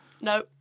No